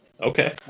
okay